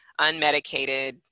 unmedicated